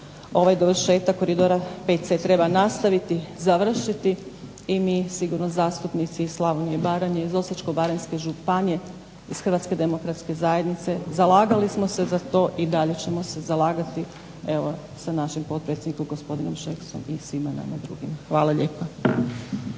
ovaj dovršetak Koridora VC treba nastaviti, završiti i mi sigurno zastupnici iz Slavonije i Baranje, iz Osječko-baranjske županije iz HDZ-a zalagali smo se za to i dalje ćemo se zalagati evo sa našim potpredsjednikom gospodinom Šeksom i svima nama drugima. Hvala lijepa.